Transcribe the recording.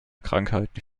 krankheiten